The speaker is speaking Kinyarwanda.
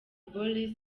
boris